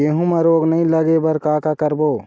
गेहूं म रोग नई लागे बर का का करबो?